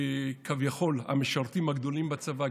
כביכול המשרתים הגדולים בצבא,